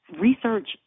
Research